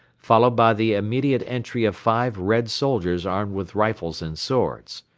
followed by the immediate entry of five red soldiers armed with rifles and swords.